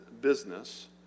business